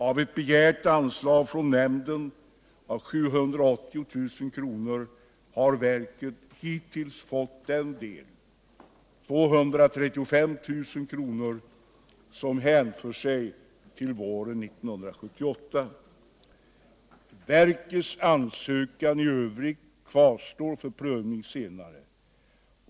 Av ett begärt anslag från nämnden på 780 000 kr. har verket hittills fått den del —- 235 000 kr. — som hänför sig till våren 1978. Verkets ansökan i övrigt kvarstår för prövning senare.